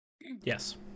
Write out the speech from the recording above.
Yes